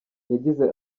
yagize